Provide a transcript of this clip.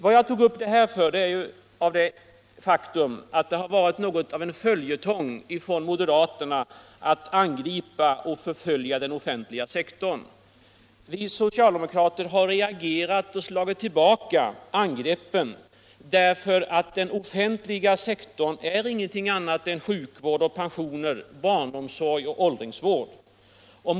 Anledningen till att jag tog upp detta är det faktum att det varit något av en följetong från moderaterna att angripa och förfölja den offentliga sektorn. Vi socialdemokrater har reagerat och slagit tillbaka angreppen, eftersom den offentliga sektorn inte är någonting annat än sjukvård, pensioner, barnomsorg och åldringsvård, undervisning och arbetsmarknadsinsatser.